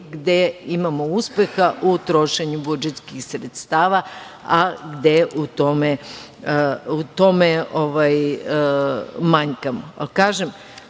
gde imamo uspeha u trošenju budžetskih sredstava a gde u tome manjkamo. Ali,